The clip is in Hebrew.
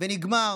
ונגמר.